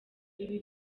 ibi